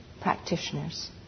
practitioners